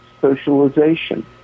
socialization